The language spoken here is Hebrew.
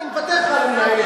מאה אחוז.